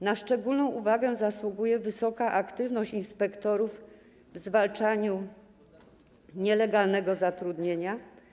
Na szczególną uwagę zasługuje wysoka aktywność inspektorów w zwalczaniu nielegalnego zatrudnienia.